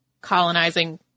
colonizing